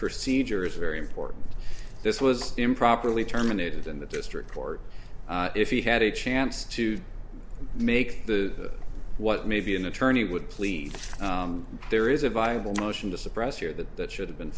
procedure is very important this was improperly terminated in the district court if he had a chance to make the what maybe an attorney would plead there is a viable motion to suppress year that that should have been